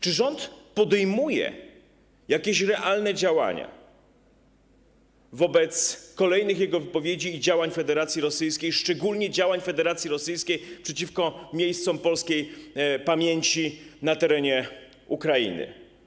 Czy rząd podejmuje jakieś realne działania wobec kolejnych jego wypowiedzi i działań Federacji Rosyjskiej, szczególnie działań Federacji Rosyjskiej przeciwko miejscom polskiej pamięci na terenie Ukrainy?